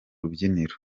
rubyiniro